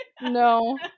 no